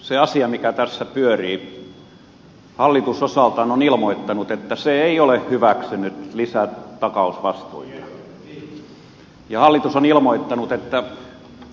se asia mikä tässä pyörii on että hallitus osaltaan on ilmoittanut että se ei ole hyväksynyt lisätakausvastuita ja hallitus on ilmoittanut että